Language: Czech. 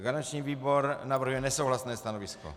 Garanční výbor navrhuje nesouhlasné stanovisko.